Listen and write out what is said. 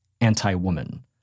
anti-woman